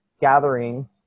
Gathering